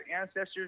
ancestors